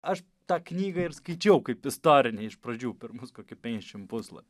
aš tą knygą ir skaičiau kaip istorinę iš pradžių pirmus kokį penkiasdešimt puslapių